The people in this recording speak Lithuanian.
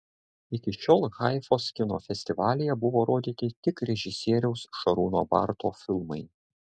iki šiol haifos kino festivalyje buvo rodyti tik režisieriaus šarūno barto filmai